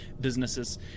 businesses